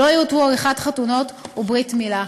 לא תותר עריכת חתונות או ברית מילה.